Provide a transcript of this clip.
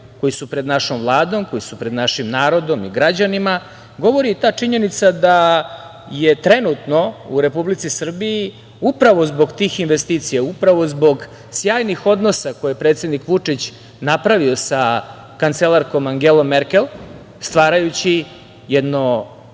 koji su pred našom Vladom, koji su pred našim narodom i građanima govori i ta činjenica da je trenutno u Republici Srbiji, upravo zbog tih investicija, upravo zbog sjajnih odnosa koje je predsednik Vučić napravio sa kancelarkom Angelom Merkel, stvarajući jedno